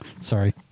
Sorry